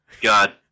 God